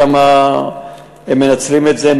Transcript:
שם הם מנצלים את זה,